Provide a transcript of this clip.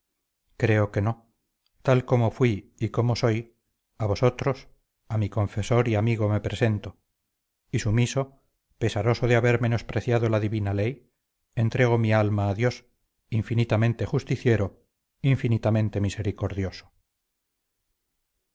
creo que no tal como fuí y como soy a vosotros a mi confesor y amigo me presento y sumiso pesaroso de haber menospreciado la divina ley entrego mi alma a dios infinitamente justiciero infinitamente misericordioso